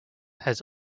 had